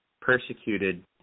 persecuted